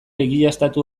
egiaztatu